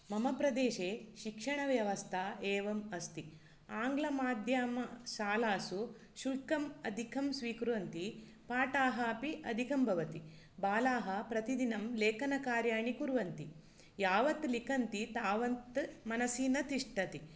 मम प्रदेशे शिक्षणव्यवस्था एवम् अस्ति आङ्ग्लमाध्यमशालासु शुल्कम् अधिकं स्वीकुर्वन्ति पाठाः अपि अधिकं भवति बालाः प्रतिदिनं लेखनकार्याणि कुर्वन्ति यावत् लिखन्ति तावत् मनसि न तिष्ठति